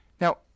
now